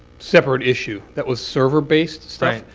separate issue. that was server-based stuff. right.